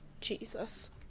Jesus